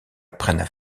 prennent